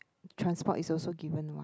transport is also given lah